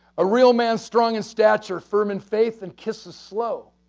a real man's strong in stature, firm in faith and kisses slow.